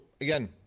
again